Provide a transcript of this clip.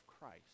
Christ